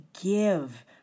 give